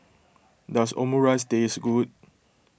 does Omurice taste good